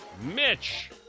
Mitch